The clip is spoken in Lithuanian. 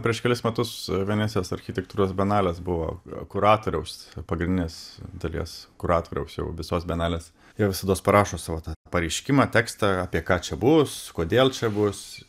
prieš kelis metus venecijos architektūros bienalės buvo kuratoriaus pagrindinės dalies kuratoriaus jau visos bienalės jie visados parašo savo tą pareiškimą tekstą apie ką čia bus kodėl čia bus